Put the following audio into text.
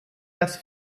das